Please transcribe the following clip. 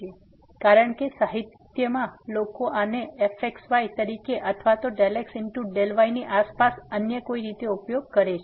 કેટલાક સાહિત્યમાં લોકો આને fxy તરીકે અથવા ∂x∂y ની આસપાસ અન્ય કોઈ રીતે ઉપયોગ કરે છે